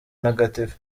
ntagatifu